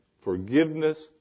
Forgiveness